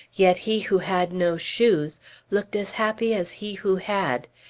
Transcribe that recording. yet he who had no shoes looked as happy as he who had,